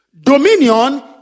Dominion